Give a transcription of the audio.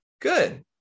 good